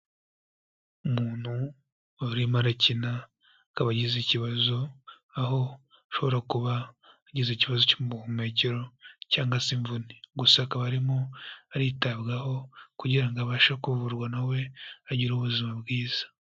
Umuntu wari urimo arakina, akaba agize ikibazo aho ashobora kuba agize ikibazo cy'ubuhumekero, cyangwa se imvune, gusa akaba arimo aritabwaho kugira abashe kuvurwa na we agire ubuzima bwiza.